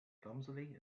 clumsily